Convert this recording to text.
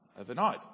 overnight